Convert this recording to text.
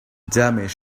damage